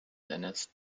dennis